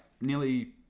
nearly